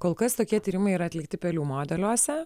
kol kas tokie tyrimai yra atlikti pelių modeliuose